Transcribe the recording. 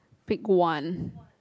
pick one